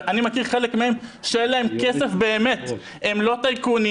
ואני מכיר חלק מהם שאין להם כסף באמת הם לא טייקונים,